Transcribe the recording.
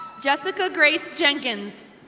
jessica grace jenkins.